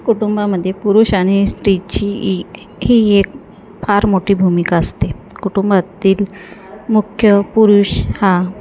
कुटुंबामध्ये पुरुष आणि स्त्रीची ई ही एक फार मोठी भूमिका असते कुटुंबातील मुख्य पुरुष हा